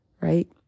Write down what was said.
right